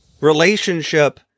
relationship